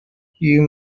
you